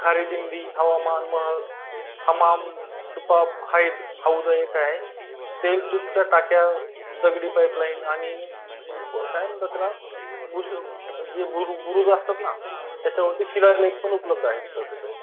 खारी दिंडी हवामान मर हमाम तुपा हायद हौद आहे काय आहे तेल तुपाच्या टाक्या दगडी पाईपलाईन आणि काय म्हणतात त्याला गुज जे बुरु बुरुज असतात ना त्याच्यावरती शिलालेखपण उपलब्ध आहेत सर त्याच्यावर